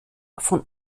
von